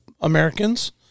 Americans